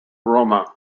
roma